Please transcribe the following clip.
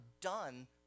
done